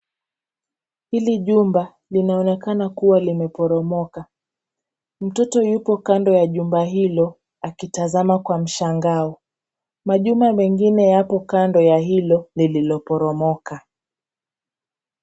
Hili jumba linaonekana kuwa limeporomoka. Mtoto yupo kando ya jumba hilo akitazama kwa mshangao. Majumba mengine yapo kando ya hilo lililoporomoka.